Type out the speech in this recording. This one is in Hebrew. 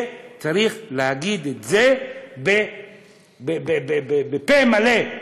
צריך להגיד את זה בפה מלא.